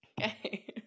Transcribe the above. Okay